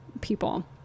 people